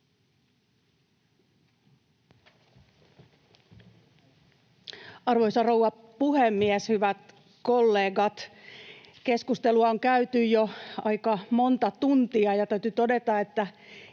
Arvoisa rouva puhemies! Hyvät kollegat! Keskustelua on käyty jo aika monta tuntia, ja täytyy todeta, että